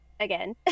again